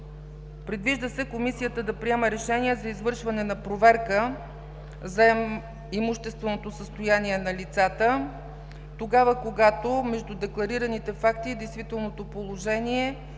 Предвижда се комисията да приеме решение за извършване на проверка за имущественото състояние на лицата тогава, когато между декларираните факти и действителното положение